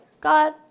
God